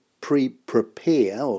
pre-prepare